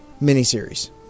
mini-series